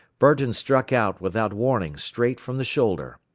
burton struck out, without warning, straight from the shoulder.